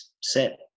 set